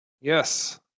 Yes